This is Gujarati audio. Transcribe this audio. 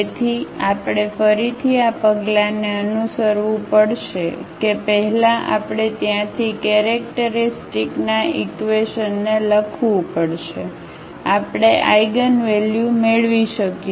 તેથી આપણે ફરીથી આ પગલાંને અનુસરવું પડશે કે પહેલા આપણે ત્યાંથી કેરેક્ટરિસ્ટિકના ઈક્વેશનને લખવું પડશે આપણે આઇગનવેલ્યુ મેળવી શકીશું